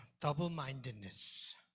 double-mindedness